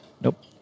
Nope